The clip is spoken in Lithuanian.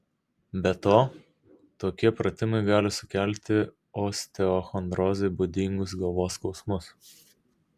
be to tokie pratimai gali sukelti osteochondrozei būdingus galvos skausmus